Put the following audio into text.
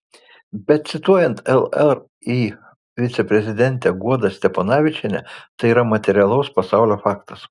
bet cituojant llri viceprezidentę guodą steponavičienę tai yra materialaus pasaulio faktas